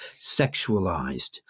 sexualized